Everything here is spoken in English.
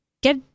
get